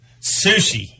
Sushi